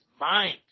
mind